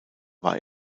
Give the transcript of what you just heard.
war